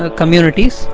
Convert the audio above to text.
communities